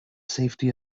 safety